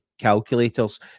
calculators